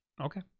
Okay